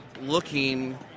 looking